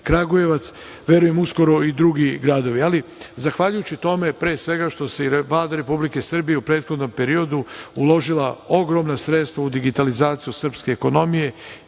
Kragujevac, verujem uskoro i drugi gradovi. Zahvaljujući pre svega što je Vlada Republike Srbije u prethodnom periodu uložila ogromna sredstva u digitalizaciju srpske ekonomije